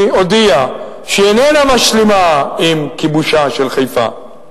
היא הודיעה שהיא איננה משלימה עם כיבושה של חיפה.